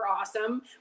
awesome